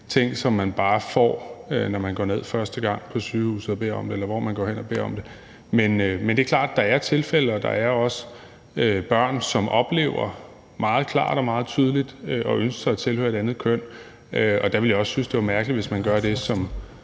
ting, som man bare får, når man går ned første gang på sygehuset og beder om det, eller hvor man går hen og beder om det. Men det er klart, at der er tilfælde, hvor der også er børn, som oplever meget klart og meget tydeligt at ønske sig at tilhøre et andet køn, og der ville jeg også synes, det var mærkeligt, at man, hvis man gjorde det som